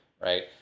Right